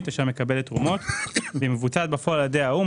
אשר מקבלת תרומות ומבוצעת בפועל על ידי האו"ם,